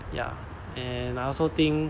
ya and I also think